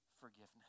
forgiveness